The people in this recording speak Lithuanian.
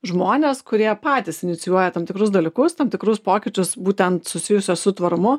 žmonės kurie patys inicijuoja tam tikrus dalykus tam tikrus pokyčius būtent susijusius su tvarumu